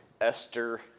Esther